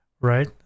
right